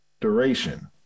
duration